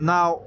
Now